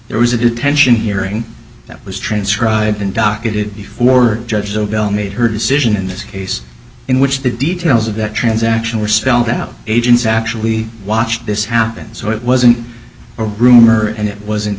there was a detention hearing that was transcribed and docketed before judge o b l made her decision in this case in which the details of that transaction were spelled out agents actually watched this happen so it wasn't a rumor and it wasn't